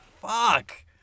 fuck